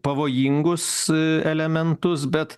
pavojingus elementus bet